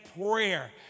prayer